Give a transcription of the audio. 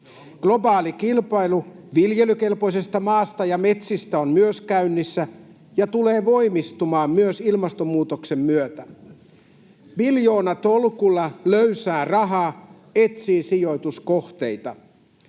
Globaali kilpailu viljelykelpoisesta maasta ja metsästä on myös käynnissä ja tulee voimistumaan myös ilmastonmuutoksen myötä. Miljoonatolkulla löysää rahaa etsii sijoituskohteita.